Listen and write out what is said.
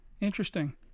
Interesting